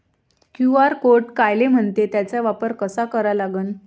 QR code कायले म्हनते, त्याचा वापर कसा करा लागन?